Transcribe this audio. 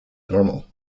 normal